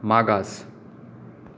मागास